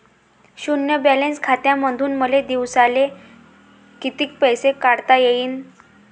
शुन्य बॅलन्स खात्यामंधून मले दिवसाले कितीक पैसे काढता येईन?